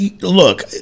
look